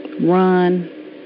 run